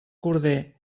corder